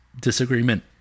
disagreement